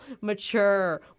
mature